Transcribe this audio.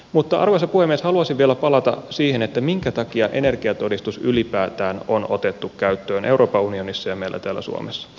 mutta arvoisa puhemies haluaisin vielä palata siihen minkä takia energiatodistus ylipäätään on otettu käyttöön euroopan unionissa ja meillä täällä suomessa